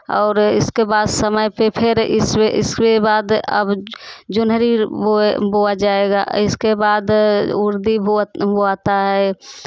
और इसके बाद समय पर फिर इसके बाद अब जोन्हरी बोए बोआ जाएगा इसके बाद उर्दी बोआ बोआता है